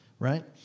Right